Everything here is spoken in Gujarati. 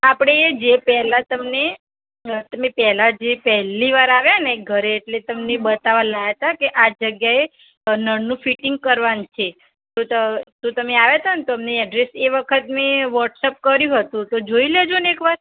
આપણે જે પહેલાં તમને અ તમે પહેલાં જે પહેલી વાર આવ્યા ને ઘરે એટલે તમને બતાવવા લાવ્યા હતા કે આ જગ્યા એ અ નળનું ફીટીંગ કરવાનું છે તો ત તો તમે આવ્યા હતા ને તમને અડ્રેસ એ વખત મેં વૉટ્સઅપ કર્યું હતું તો જોઈ લેજો ને એકવાર